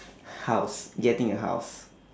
house getting a house